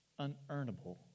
unearnable